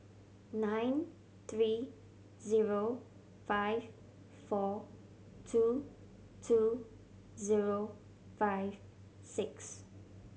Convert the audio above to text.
nine three zero five four two two zero five six